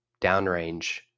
downrange